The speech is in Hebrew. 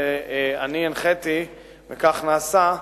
אני הנחיתי וכך נעשה,